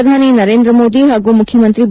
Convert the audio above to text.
ಪ್ರಧಾನಿ ನರೇಂದ್ರ ಮೋದಿ ಹಾಗೂ ಮುಖ್ಯಮಂತ್ರಿ ಬಿ